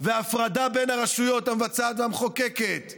והפרדה בין הרשויות, המבצעת והמחוקקת,